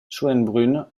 schoenbrunn